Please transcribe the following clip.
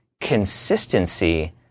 consistency